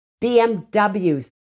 BMWs